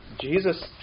Jesus